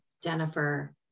Jennifer